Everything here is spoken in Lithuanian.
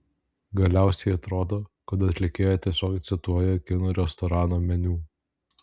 galiausiai atrodo kad atlikėja tiesiog cituoja kinų restorano meniu